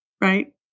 right